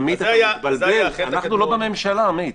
עמית, אתה מתבלבל, אנחנו לא בממשלה.